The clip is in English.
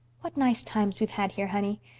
what nice times we've had here, honey!